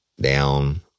down